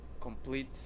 complete